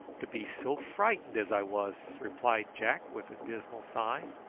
to be so frightened as i was, replied jack, with a dismal sigh.